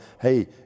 hey